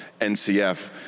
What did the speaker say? NCF